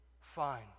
Fine